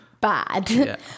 bad